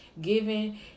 Giving